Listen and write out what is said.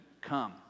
come